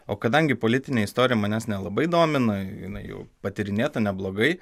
o kadangi politinė istorija manęs nelabai domina jinai jau patyrinėta neblogai